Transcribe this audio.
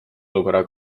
olukorra